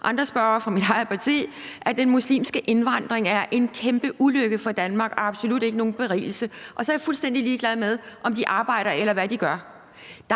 andre spørgere fra mit eget parti, i forhold til at den muslimske indvandring er en kæmpe ulykke for Danmark og absolut ikke nogen berigelse, og så er jeg fuldstændig ligeglad med, om de arbejder, eller hvad de gør.